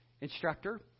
instructor